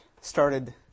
started